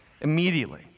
Immediately